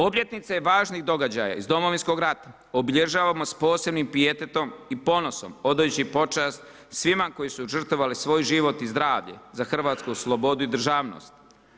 Obljetnice važnih događaja iz Domovinskog rata obilježavamo s posebnim pijetetom i ponosom odajući počast svima koji su žrtvovali svoj život i zdravlje za hrvatsku slobodu i državnost.